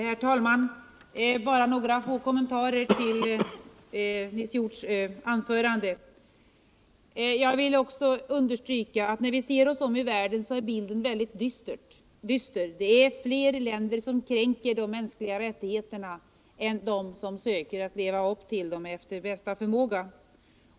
Herr talman! Bara några få kommentarer till Nils Hjorths anförande. Jag vill också understryka att när vi ser oss om i världen finner vi att bilden är dyster. Det är fler länder som kränker de mänskliga rättigheterna än som söker leva upp till dem efter bästa förmåga.